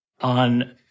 On